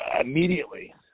immediately